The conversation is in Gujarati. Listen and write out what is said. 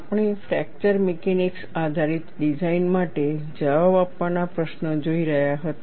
આપણે ફ્રેક્ચર મિકેનિક્સ આધારિત ડિઝાઇન માટે જવાબ આપવાના પ્રશ્નો જોઈ રહ્યા હતા